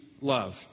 Love